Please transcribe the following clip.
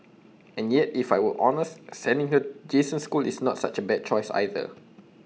and yet if I were honest sending her Jason's school is not such A bad choice either